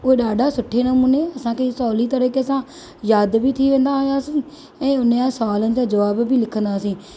उहा डा॒ढा सुठे नमूने असांखे सहुली तरीक़े सां यादि बि थी वेंदा हुआसीं ऐं उन जा सवालनि जा जवाब बि लिखंदासीं